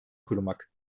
kurmak